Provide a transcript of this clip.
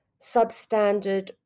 substandard